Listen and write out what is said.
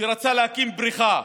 שרצה להקים בריכה,